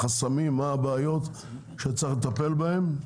החסמים והבעיות שצריך לטפל בהם.